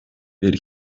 bir